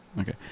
Okay